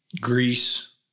Greece